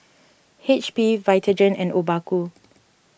H P Vitagen and Obaku